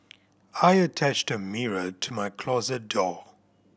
I attached a mirror to my closet door